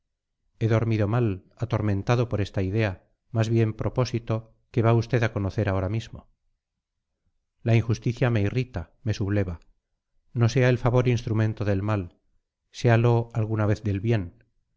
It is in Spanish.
he dormido mal atormentado por esta idea más bien propósito que va usted a conocer ahora mismo la injusticia me irrita me subleva no sea el favor instrumento del mal séalo alguna vez del bien